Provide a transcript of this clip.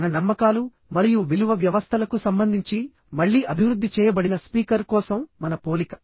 మన నమ్మకాలు మరియు విలువ వ్యవస్థలకు సంబంధించి మళ్ళీ అభివృద్ధి చేయబడిన స్పీకర్ కోసం మన పోలిక